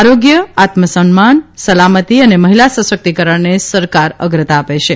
આરોગ્ય આત્મ સન્માન સલામતિ અને મહિલા સશક્તિકરણને સરકાર અગ્રતા આપે છે